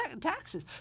taxes